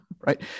right